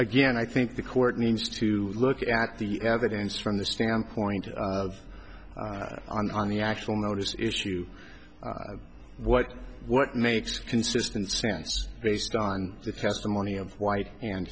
again i think the court needs to look at the evidence from the standpoint of on on the actual notice issue what what makes consistent sense based on the testimony of white and